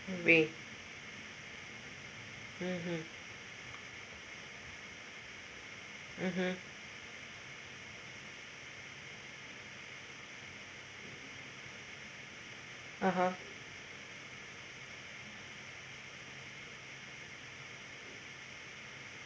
wait mmhmm mmhmm (uh huh)